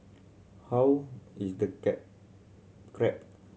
how is the crab